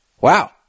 Wow